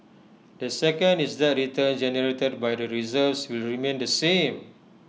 the second is that returns generated by the reserves will remain the same